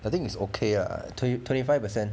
I think it's okay ah twen~ twenty five per cent